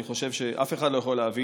ואני חושב שאף אחד לא יכול להבין.